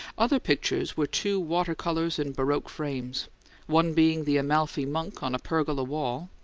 other pictures were two water-colours in baroque frames one being the amalfi monk on a pergola wall,